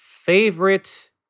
Favorite